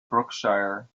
berkshire